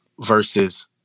versus